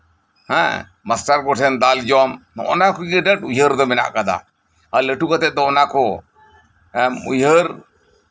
ᱦᱮᱸ ᱢᱟᱥᱴᱟᱥᱨ ᱠᱚᱴᱷᱮᱱ ᱫᱟᱢ ᱡᱚᱢ ᱦᱮᱸ ᱱᱚᱜᱼᱚ ᱱᱚᱣᱟ ᱠᱚ ᱩᱭᱦᱟᱹᱨ ᱨᱮ ᱢᱮᱱᱟᱜ ᱠᱟᱫᱟ ᱟᱨ ᱞᱟᱹᱴᱩ ᱠᱟᱛᱮᱜ ᱫᱚ ᱚᱱᱟ ᱠᱚ ᱮᱢ ᱩᱭᱦᱟᱹᱨ